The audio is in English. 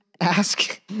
ask